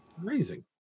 amazing